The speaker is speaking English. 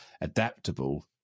adaptable